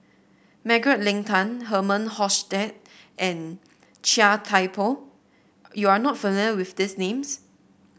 Margaret Leng Tan Herman Hochstadt and Chia Thye Poh you are not familiar with these names